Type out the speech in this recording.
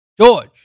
George